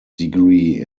degree